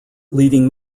leading